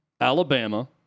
Alabama